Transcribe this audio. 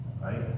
Right